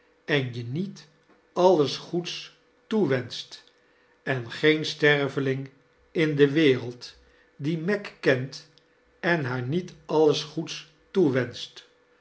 en je niet alles goeds toewenscht en geen sterveling in de wereld die meg kent en haar niet alles goeds toewenscht